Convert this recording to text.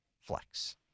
flex